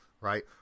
right